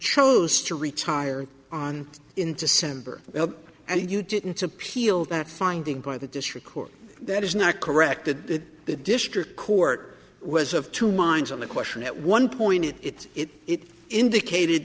chose to retire on in december and you didn't appeal that finding by the district court that is not corrected that the district court was of two minds on the question at one point in it it indicated